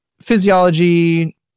physiology